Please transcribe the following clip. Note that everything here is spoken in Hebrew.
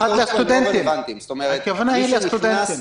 הכוונה היא לסטודנטים.